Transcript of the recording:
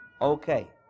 Okay